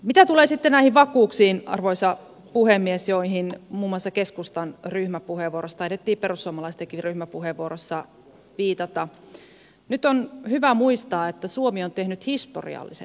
mitä tulee sitten näihin vakuuksiin arvoisa puhemies joihin viitattiin muun muassa keskustan ryhmäpuheenvuorossa taidettiin perussuomalaistenkin ryhmäpuheenvuorossa viitata nyt on hyvä muistaa että suomi on tehnyt historiallisen teon